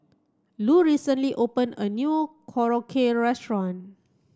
Lu recently open a new Korokke restaurant